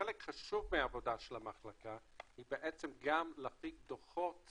חלק חשוב מהעבודה של המחלקה זה בעצם גם להפיק דוחות